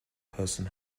person